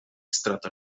strata